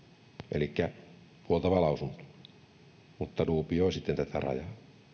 elikkä puoltava lausunto mutta duubioi tätä rajaa